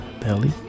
belly